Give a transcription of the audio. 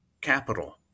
capital